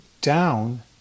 down